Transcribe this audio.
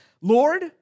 Lord